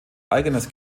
eigenes